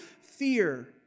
fear